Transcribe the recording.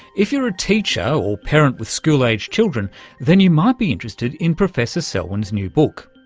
if you're a teacher or parent with school age children then you might be interested in professor selwyn's new book.